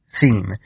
theme